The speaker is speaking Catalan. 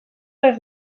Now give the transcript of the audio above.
les